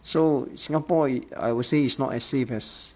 so singapore I would say it's not as safe as